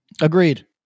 Agreed